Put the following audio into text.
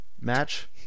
match